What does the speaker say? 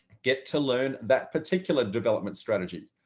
get to learn that particular development strategy.